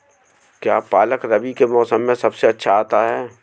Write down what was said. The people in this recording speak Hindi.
क्या पालक रबी के मौसम में सबसे अच्छा आता है?